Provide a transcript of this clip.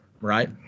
right